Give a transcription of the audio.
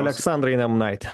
aleksandrai nemunaiti